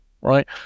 right